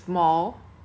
the one otter